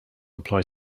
apply